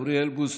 אוריאל בוסו,